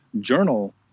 journal